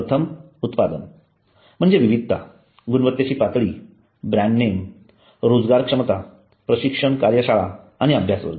प्रथम उत्पादन म्हणजे विविधता गुणवत्तेची पातळी ब्रँड नेम रोजगारक्षमता प्रशिक्षण कार्यशाळा आणि अभ्यासवर्ग